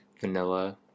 vanilla